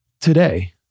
today